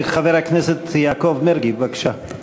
חבר הכנסת יעקב מרגי, בבקשה.